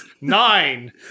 nine